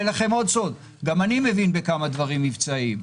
לכם עוד סוד: גם אני מבין בכמה דברים מבצעיים.